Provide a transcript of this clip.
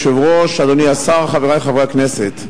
אדוני היושב-ראש, אדוני השר, חברי חברי הכנסת,